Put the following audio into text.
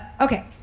okay